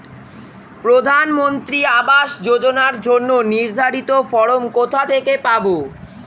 প্রধানমন্ত্রী আবাস যোজনার জন্য নির্ধারিত ফরম কোথা থেকে পাব?